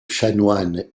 chanoine